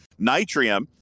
Nitrium